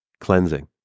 Cleansing